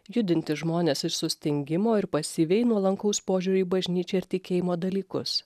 judinti žmones iš sustingimo ir pasyviai nuolankaus požiūrio į bažnyčią ir tikėjimo dalykus